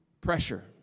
pressure